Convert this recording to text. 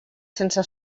sense